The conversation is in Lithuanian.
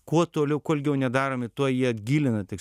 kuo toliau kuo ilgiau nedaromi tuo jie gilina tik